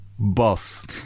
Boss